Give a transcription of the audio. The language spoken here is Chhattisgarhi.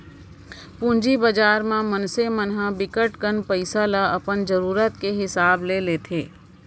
पूंजी बजार म मनसे मन ह बिकट कन पइसा ल अपन जरूरत के हिसाब ले लेथे